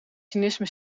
cynisme